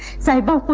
sahiba.